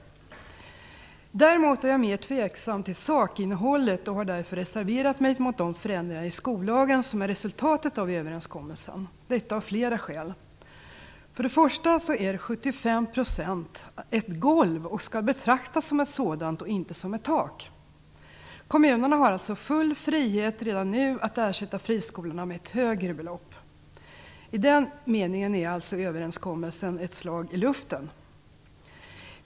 Däremot är jag mer tveksam till sakinnehållet och har därför reserverat mig mot de förändringar i skollagen som är resultatet av överenskommelsen. Det har jag gjort av flera skäl. 75 % är ett golv, och skall betraktas som ett sådant och inte som ett tak. Kommunerna har alltså full frihet redan nu att ersätta friskolorna med ett högre belopp. I den meningen är alltså överenskommelsen ett slag i luften.